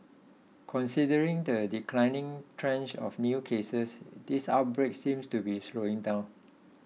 considering the declining trends of new cases this outbreak seems to be slowing down